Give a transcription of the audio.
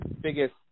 biggest